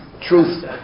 Truth